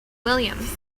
williams